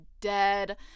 dead